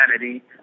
humanity